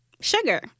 sugar